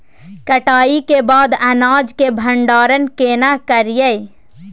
कटाई के बाद अनाज के भंडारण केना करियै?